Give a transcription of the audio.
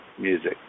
music